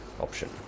option